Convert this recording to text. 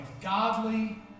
godly